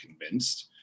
convinced